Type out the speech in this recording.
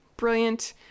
brilliant